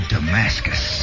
Damascus